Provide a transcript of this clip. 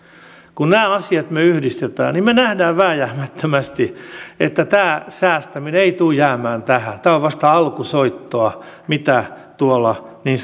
kun me nämä asiat yhdistämme niin me näemme vääjäämättömästi että tämä säästäminen ei tule jäämään tähän tämä on vasta alkusoittoa mitä tuolla niin